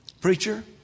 Preacher